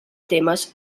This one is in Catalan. temes